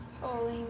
Holy